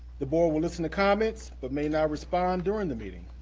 the board will listen to comments, but may not respond during the meeting.